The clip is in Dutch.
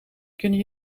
kunnen